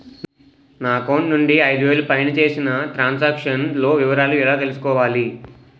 నా అకౌంట్ నుండి ఐదు వేలు పైన చేసిన త్రం సాంక్షన్ లో వివరాలు ఎలా తెలుసుకోవాలి?